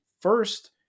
first